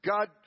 God